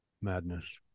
Madness